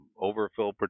overfill